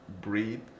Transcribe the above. breathe